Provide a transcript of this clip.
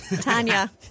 Tanya